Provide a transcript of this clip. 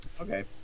Okay